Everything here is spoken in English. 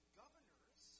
governors